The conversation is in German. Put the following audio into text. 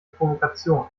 provokation